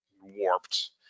warped